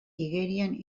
igerian